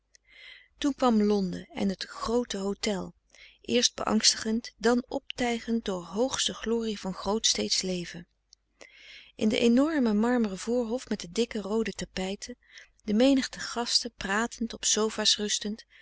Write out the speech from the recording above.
toen kwam londen en het groote hotel eerst beangstigend dan optijgend door hoogste glorie van grootsteedsch leven in den enormen marmeren voorhof met de dikke roode tapijten de menigte gasten pratend op sofa's rustend